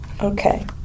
Okay